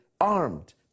armed